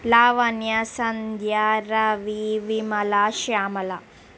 Lavanya Sandhya Ravi Vimala Shyamala